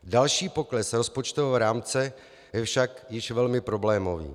Další pokles rozpočtového rámce je však již velmi problémový.